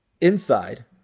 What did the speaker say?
inside